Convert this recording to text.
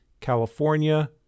California